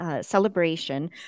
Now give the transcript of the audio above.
celebration